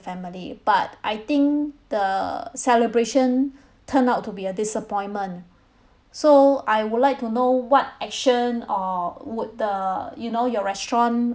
family but I think the celebration turned out to be a disappointment so I would like to know what action or would the you know your restaurant